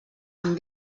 amb